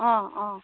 অঁ অঁ